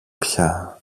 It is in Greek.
πια